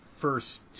first